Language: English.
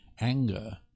anger